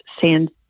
sand